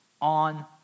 on